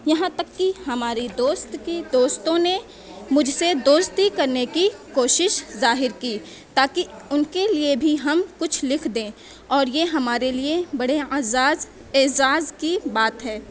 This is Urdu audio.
یہاں تک کہ ہماری دوست کی دوستوں نے مجھ سے دوستی کرنے کی کوشش ظاہر کی تاکہ ان کے لیے بھی ہم کچھ لکھ دیں اور یہ ہمارے لیے بڑے اعزاز اعزار کی بات ہے